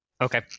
Okay